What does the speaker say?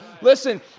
Listen